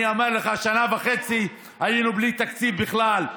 אני אומר לך, שנה וחצי היינו בלי תקציב בכלל.